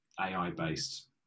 AI-based